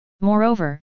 Moreover